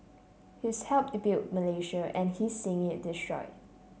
he's helped built Malaysia and he's seeing it destroy